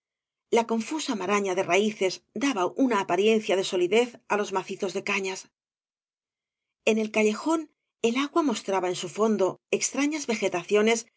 la confusa maraña de raices daba una apariencia de so lidez á los macizos de cañas en el callejón el agua mostraba en su fondo extrañas vegetaciones